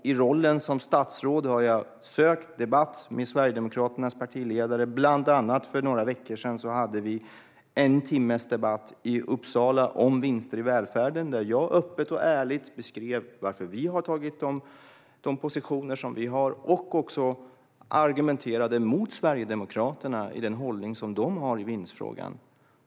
I rollen som statsråd har jag sökt debatt med Sverigedemokraternas partiledare. Bland annat hade vi för några veckor sedan en timmes debatt i Uppsala om vinster i välfärden, där jag öppet och ärligt beskrev varför vi har intagit de positioner som vi har. Jag argumenterade också mot den hållning som Sverigedemokraterna har i vinstfrågan.